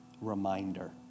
reminder